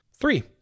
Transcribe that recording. Three